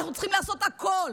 ואנחנו צריכים לעשות הכול,